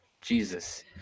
Jesus